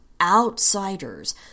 outsiders